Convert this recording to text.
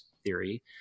theory